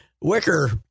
Wicker